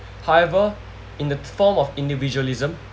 however in the form of individualism